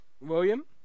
William